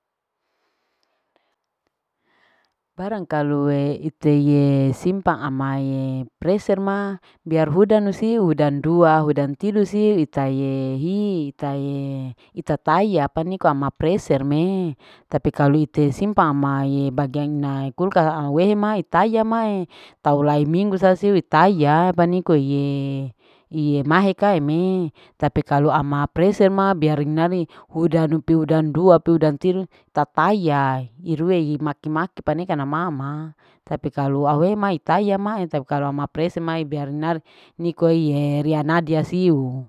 barang kalu ite ye simpang amae preser ma biar hudanu siu hudan dua. hudan tidu si itaie hi. itaie ita taia apaniko ama preser mee tapi kalo ite simpang ama bagian unae kulka au wehe ma itaia mae tau lai minggu sasi wiitaia paniko iyee iyee mahe ka emee tapi kalu ama preser ma biar inari hudanu pi. hudan dua, pi hudan tilu tapayai irue imaki maki paneka mama tapi kalu aue ma itaya ma kalu ama preser ma biar nihari niko hihe ria nadia siu